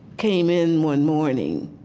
came in one morning,